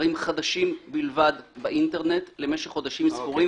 מוצרים חדשים בלבד באינטרנט למשך חודשים ספורים,